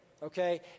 Okay